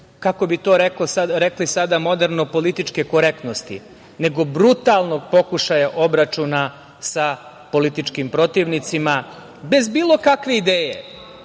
kako bi to rekli sada moderno, političke korektnosti, nego brutalnog pokušaja obračuna sa političkim protivnicima, bez bilo kakve ideje,